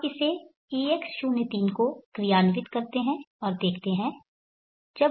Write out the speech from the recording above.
अब इसे Ex03 को क्रियान्वित करते हैं और देखतें हैं